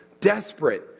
desperate